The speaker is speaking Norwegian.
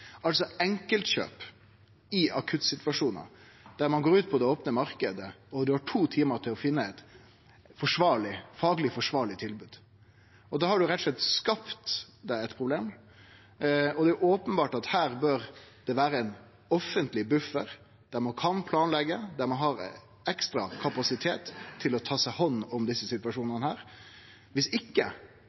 altså enkeltkjøp i akuttsituasjonar, der ein går ut på den opne marknaden og har to timar til å finne eit fagleg forsvarleg tilbod. Da har ein rett og slett skapt seg eit problem, og det er openbert at det bør vere ein offentleg buffer her, der ein kan planleggje, og der ein har ekstra kapasitet til å ta hand om desse situasjonane. Viss ikkje